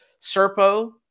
Serpo